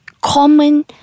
common